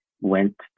went